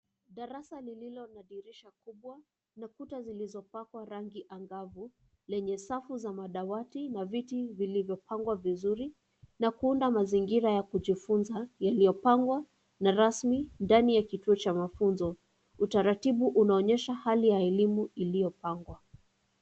Darasa lililo na dirisha kubwa, na kuta zilizopakwa rangi angavu, lenye safu za madawati na viti vilivyopangwa vizuri, na kuunda mazingira ya kujifunza yaliyopangwa na rasmi ndani ya kituo cha mafunzo. Utaratibu unaonyesha hali ya elimu iliyopangwa.